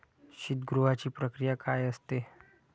शीतगृहाची प्रक्रिया काय असते?